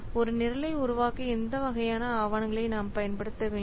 ஒரு நிரலை உருவாக்க இந்த வகையான ஆவணங்களை நாம் பயன்படுத்த வேண்டும்